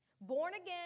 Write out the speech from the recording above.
born-again